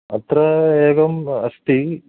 अत्र एवम् अस्ति